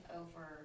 over